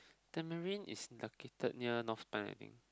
tamarind is located near north spine I think